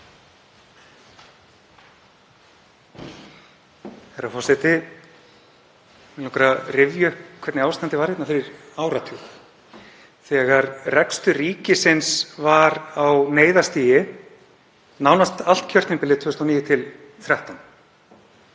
þegar rekstur ríkisins var á neyðarstigi nánast allt kjörtímabilið 2009–2013.